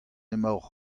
emaocʼh